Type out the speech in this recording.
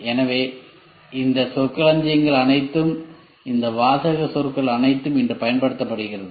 எனவே இந்த சொற்களஞ்சியங்கள் அனைத்தும் இந்த வாசக சொற்கள் அனைத்தும் இன்று பயன்படுத்தப்படுகின்றன